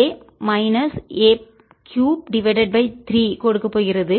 a minus a 3 divided by 3 கொடுக்கப் போகிறது